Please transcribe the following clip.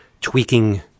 tweaking